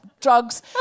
drugs